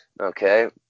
Okay